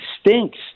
stinks